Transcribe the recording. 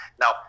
Now